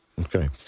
Okay